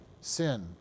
sin